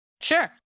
Sure